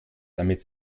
damit